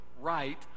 right